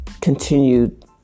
continued